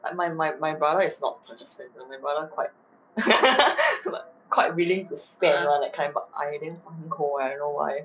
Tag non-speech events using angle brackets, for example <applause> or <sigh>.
I my my my brother is not such a spender my brother quite <laughs> quite willing to spend that like I damn fucking 抠 I don't know why